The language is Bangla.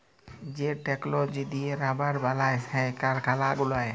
যে টেকললজি দিঁয়ে রাবার বালাল হ্যয় কারখালা গুলায়